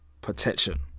protection